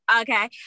Okay